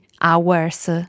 hours